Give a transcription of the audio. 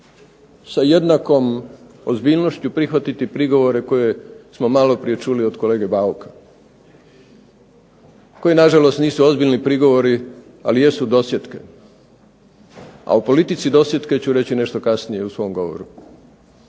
sa jednakom ozbiljnošću prihvatiti prigovore koje smo malo prije čuli od kolege Bauka, koji na žalost nisu ozbiljni prigovori ali jesu dosjetke, a u politici dosjetke ću reći nešto kasnije u svom govoru.